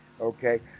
Okay